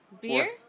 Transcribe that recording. Beer